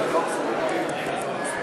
ממלכתי (תיקון, מטרות החינוך),